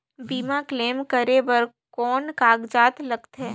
बीमा क्लेम करे बर कौन कागजात लगथे?